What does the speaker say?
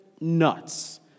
nuts